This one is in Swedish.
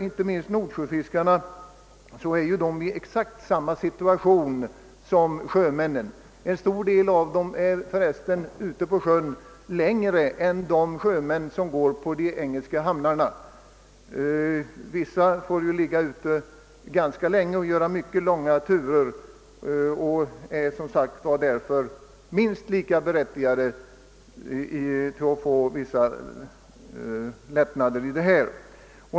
Inte minst nordsjöfiskarna är emellertid i exakt samma situation som sjömännen — en stor del av dem är för övrigt ute på sjön längre än de sjömän som går på engelska hamnar. Vissa av dessa fiskare får ligga ute ganska länge och göra långa turer och är därför som sagt minst lika berättigade att få skattelättnader.